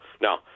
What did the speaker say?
Now